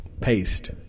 paste